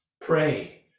pray